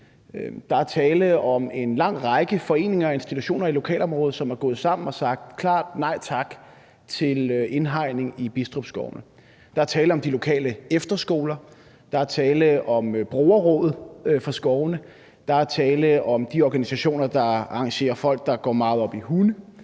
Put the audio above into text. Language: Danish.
Der er tale om en lang række foreninger og institutioner i lokalområdet, som er gået sammen og klart har sagt: Nej tak til indhegning i Bidstrup Skovene. Der er tale om de lokale efterskoler. Der er tale om brugerrådet for skovene. Der er tale om de organisationer, der arrangerer noget for folk, der går meget op i hunde